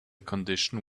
condition